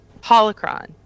holocron